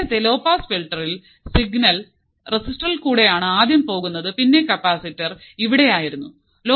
നേരത്തെ low pass ഫിൽറ്ററിൽ signal റെസിസ്റ്ററിൽ കൂടെ ആണ് ആദ്യം പോകുന്നത്പിന്നെ കപ്പാസിറ്റർ ഇവിടെ ആയിരിന്നു